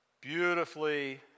beautifully